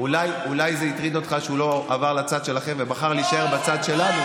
אולי זה הטריד אותך שהוא לא עבר לצד שלכם ובחר להיות בצד שלנו,